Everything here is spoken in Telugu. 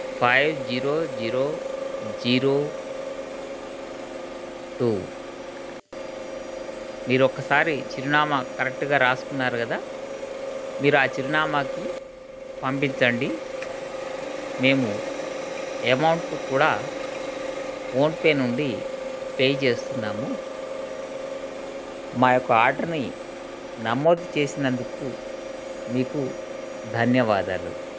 five zero zero zero two మీరు ఒక్కసారి చిరునామా కరెక్ట్గా రాసుకున్నారు కదా మీరు ఆ చిరునామాకి పంపించండి మేము ఎమౌంటు కూడా ఫోన్పే నుండి పే చేస్తున్నాము మా యొక్క ఆర్డర్ని నమోదు చేసినందుకు మీకు ధన్యవాదాలు